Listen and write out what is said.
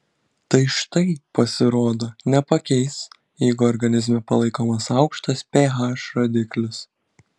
tai štai pasirodo nepakeis jeigu organizme palaikomas aukštas ph rodiklis